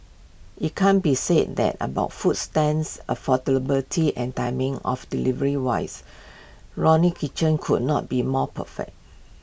IT can be said that about food stands affordability and timing of delivery wise Ronnie kitchen could not be more perfect